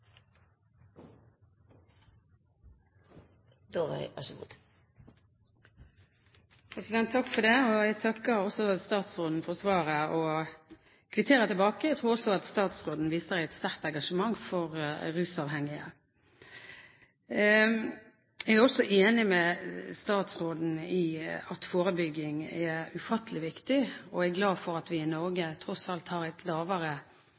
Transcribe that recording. Jeg takker statsråden for svaret og kvitterer tilbake at statsråden viser et sterkt engasjement for rusavhengige. Jeg er enig med statsråden i at forebygging er ufattelig viktig, og jeg er glad for at vi i Norge tross alt har